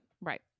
Right